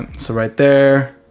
so right there.